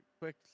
quick